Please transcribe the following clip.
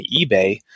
eBay